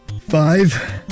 five